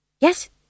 Yes